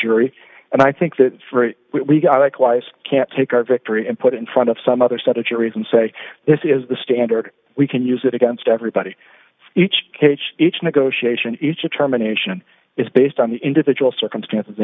jury and i think that we got a quiet can't take our victory and put it in front of some other set of juries and say this is the standard we can use it against everybody each cage each negotiation each of terminations is based on the individual circumstances